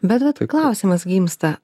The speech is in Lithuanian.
bet vat klausimas gimsta